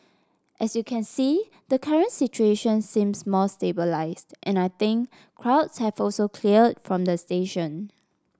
as you can see the current situation seems more stabilised and I think crowds have also cleared from the station